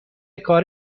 کار